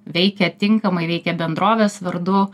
veikia tinkamai veikia bendrovės vardu